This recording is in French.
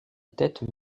tête